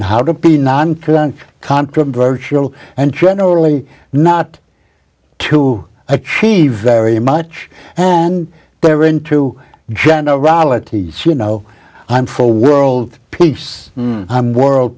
and how to be non threatening controversial and generally not to achieve very much and they're into generalities you know i'm for world peace i'm world